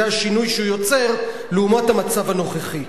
זה השינוי שהוא יוצר לעומת המצב הנוכחי.